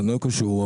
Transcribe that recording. לא קשור,